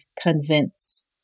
convince